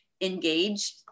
engaged